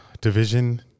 Division